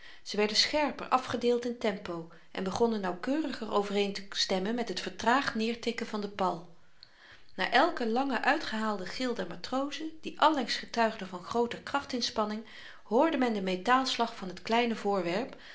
ze werden scherper afgedeeld in tempo en begonnen nauwkeuriger overeen te stemmen met het vertraagd neertikken van den pal na elken lang uitgehaalden gil der matrozen die allengs getuigde van grooter krachtsinspanning hoorde men den metaalslag van t kleine voorwerp